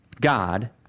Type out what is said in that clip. God